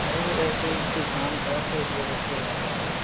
अरे वो ऐसे ही कोई काम था तो इस वजह से आ गया था